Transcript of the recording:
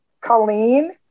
Colleen